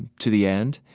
to the end.